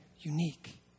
unique